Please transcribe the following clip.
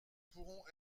pourront